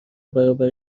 برابر